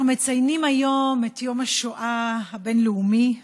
אנחנו מציינים היום את יום השואה הבין-לאומי,